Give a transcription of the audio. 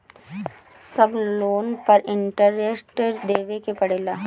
सब लोन पर इन्टरेस्ट देवे के पड़ेला?